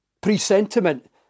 pre-sentiment